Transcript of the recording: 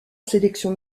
sélection